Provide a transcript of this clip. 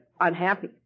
unhappy